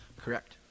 Correct